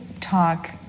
talk